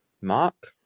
Mark